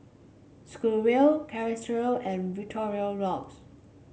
Schweppes Chateraise and Victorinox